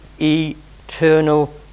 eternal